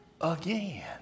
again